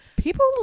People